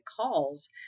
calls